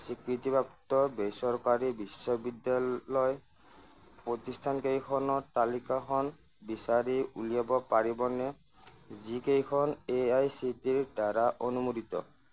স্বীকৃতিপ্ৰাপ্ত বেচৰকাৰী বিশ্ববিদ্যালয় প্ৰতিষ্ঠানকেইখনৰ তালিকাখন বিচাৰি উলিয়াব পাৰিবনে যিকেইখন এ আই চি টি ইৰদ্বাৰা অনুমোদিত